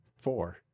four